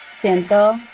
Siento